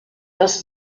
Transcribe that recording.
das